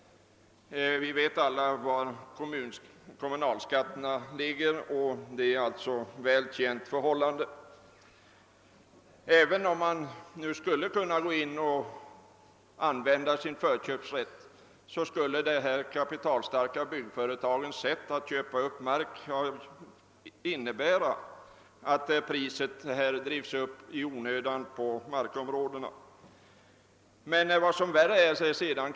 Vi vet alla hur stora kommunalskatterna redan är. Och även om kommunerna skulle kunna använda sin förköpsrätt skulle de kapitalstarka byggföretagens sätt att köpa upp mark innebära att priset på markområdena drivs upp i onödan.